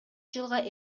жылга